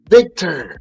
Victor